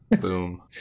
Boom